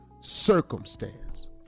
circumstance